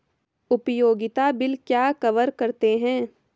उपयोगिता बिल क्या कवर करते हैं?